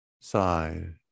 side